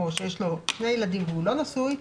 או שיש לו שני ילדים והוא לא נשוי,